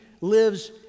lives